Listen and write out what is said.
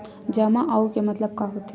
जमा आऊ के मतलब का होथे?